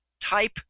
type